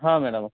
ಹಾಂ ಮೇಡಮ್